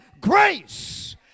grace